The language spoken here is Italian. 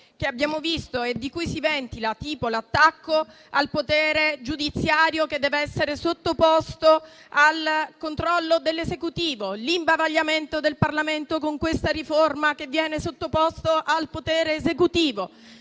che abbiamo visto e che si ventilano (tipo l'attacco al potere giudiziario, che dev'essere sottoposto al controllo dell'Esecutivo; l'imbavagliamento del Parlamento, che con questa riforma viene sottoposto al potere esecutivo;